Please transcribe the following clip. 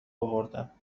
اوردم